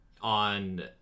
on